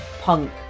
punk